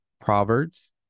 Proverbs